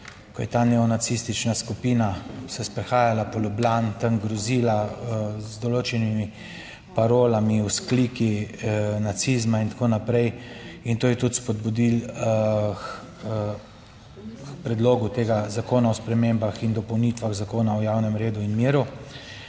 ko je ta neonacistična skupina se sprehajala po Ljubljani, tam grozila, z določenimi parolami, vzkliki nacizma in tako naprej. In to je tudi spodbudilo k predlogu tega zakona o spremembah in dopolnitvah Zakona o javnem redu in miru,